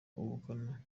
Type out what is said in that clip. ubukana